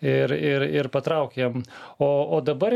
ir ir ir patraukėm o o dabar